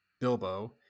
Bilbo